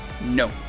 No